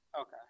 Okay